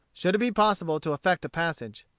should it be possible to effect a passage.